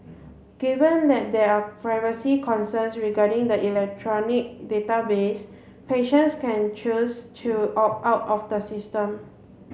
given that there are privacy concerns regarding the electronic database patients can choose to opt out of the system